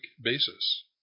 basis